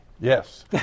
Yes